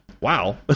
Wow